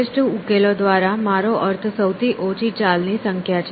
શ્રેષ્ઠ ઉકેલો દ્વારા મારો અર્થ સૌથી ઓછી ચાલ ની સંખ્યા છે